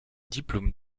diplôme